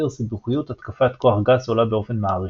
סיבוכיות התקפת כוח גס עולה באופן מעריכי,